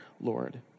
Lord